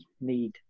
need